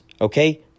Okay